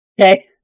Okay